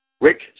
Rick